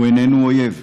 הוא איננו אויב,